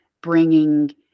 bringing